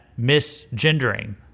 misgendering